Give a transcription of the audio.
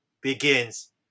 begins